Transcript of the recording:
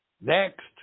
Next